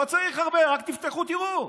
לא צריך הרבה, רק תפתחו, תראו,